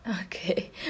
Okay